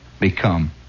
become